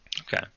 Okay